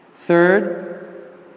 Third